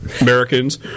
Americans